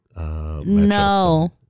no